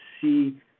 see